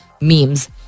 memes